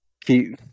keep